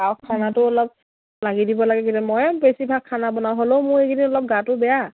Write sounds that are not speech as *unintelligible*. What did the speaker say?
আৰু খানাটো অলপ লাগি দিব লাগে *unintelligible* মইয়েই বেছিভাগ খানা বনাওঁ হ'লেও মোৰ এইখিনি অলপ গাটো বেয়া